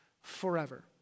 forever